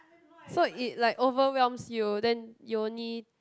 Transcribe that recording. so it like overwhelms you then you only